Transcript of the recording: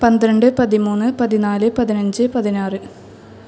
പന്ത്രണ്ട് പതിമൂന്ന് പതിനാല് പതിനഞ്ച് പതിനാറ്